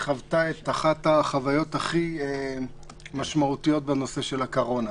חוותה את אחת החוויות הכי משמעותיות בנושא של הקורונה.